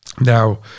now